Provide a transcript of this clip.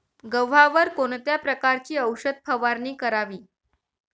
गव्हावर कोणत्या प्रकारची औषध फवारणी करावी?